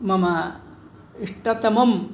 मम इष्टतमम्